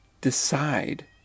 decide